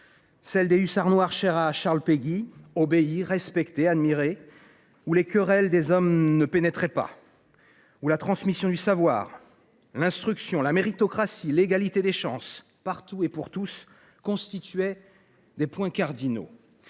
celle des hussards noirs chers à Charles Péguy, obéis, respectés et même admirés ; cette école où « les querelles des hommes ne pénétr[aient] pas »; cette école dont la transmission du savoir, l’instruction, la méritocratie, l’égalité des chances partout et pour tous constituaient les points cardinaux.